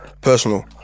personal